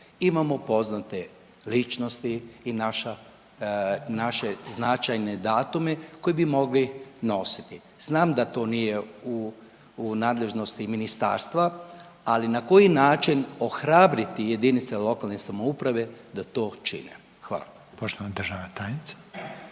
imamo poznate ličnosti i naša, naše značajne datume koji bi mogli nositi. Znam da to nije u nadležnosti ministarstva, ali na koji način ohrabriti jedinice lokalne samouprave da to čine? Hvala.